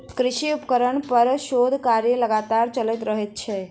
कृषि उपकरण पर शोध कार्य लगातार चलैत रहैत छै